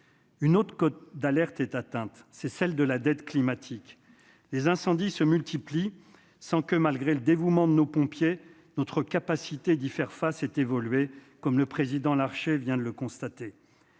Une autre cote d'alerte est atteinte, c'est celle de la dette climatique, les incendies se multiplient sans que malgré le dévouement de nos pompiers notre capacité d'y faire face est évolué comme le président Larché vient de le constater.